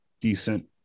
decent